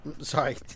Sorry